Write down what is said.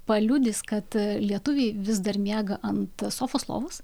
paliudys kad lietuviai vis dar miega ant sofos lovos